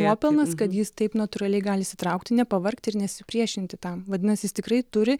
nuopelnas kad jis taip natūraliai gali įsitraukti nepavargti ir nesipriešinti tam vadinasi jis tikrai turi